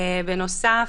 בנוסף,